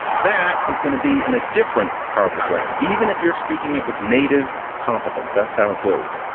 that is going to be in a different part of the brain, even if you're speaking it with native competence. that's how it goes.